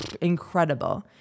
incredible